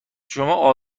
شما